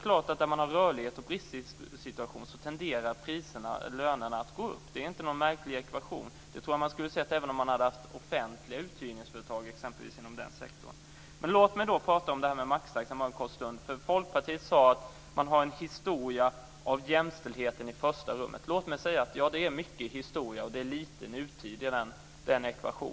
När det är rörlighet och en bristsituation tenderar lönerna att gå upp - det är inte någon märklig ekvation. Jag tror att man skulle ha sett det även om man hade haft offentliga uthyrningsföretag inom den sektorn. Låt mig prata om maxtaxan en kort stund. Runar Patriksson sade att Folkpartiet har en historia av att sätta jämställdheten i första rummet. Ja, det är mycket historia och lite nutid.